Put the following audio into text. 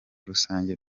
rusange